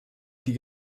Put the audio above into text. die